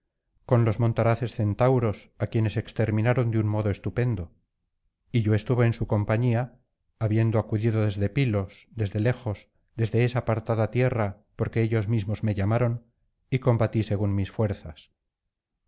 con los montaraces centauros á quienes exterminaron de un modo estupendo y yo estuve en su compañía habiendo acudido desde pilos desde lejos desde esa apartada tierra porque ellos mismos me llamaron y combatí según mis fuerzas